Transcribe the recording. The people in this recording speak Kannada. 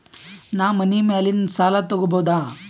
ನಾ ಮನಿ ಮ್ಯಾಲಿನ ಸಾಲ ತಗೋಬಹುದಾ?